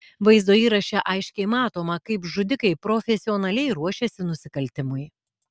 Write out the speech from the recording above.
vaizdo įraše aiškiai matoma kaip žudikai profesionaliai ruošiasi nusikaltimui